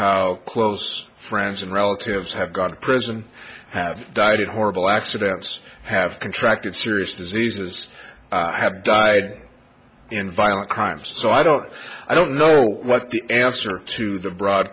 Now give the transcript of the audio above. how close friends and relatives have got to prison have died horrible accidents have contracted serious diseases have died in violent crimes so i don't i don't know what the answer to the broad